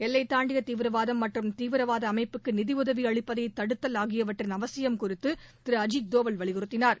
எல்லைதாண்டிய தீவிரவாதம் மற்றும் தீவிரவாத அமைப்புக்கு நிதியுதவி அளிப்பதை தடுத்தல் ஆகியவற்றின் அவசியம் குறித்து திரு அஜித் தோவல் வலியுறுத்தினார்